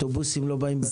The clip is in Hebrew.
אוטובוסים לא באים בזמן.